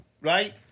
right